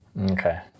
Okay